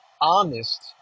honest